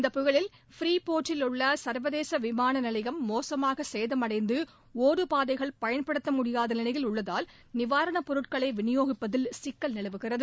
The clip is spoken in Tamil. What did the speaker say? இந்த புயலில் ஃப்ரிபோர்ட்டில் உள்ள சர்வதேச விமான நிலையம் மோசமாக சேதமடைந்து ஒடுபாதைகள் பயனபடுத்த முடியாத நிலையில் உள்ளதால் நிவாரணப் பொருட்களை விநியோகிப்பதில் சிக்கல் நிலவுகிறது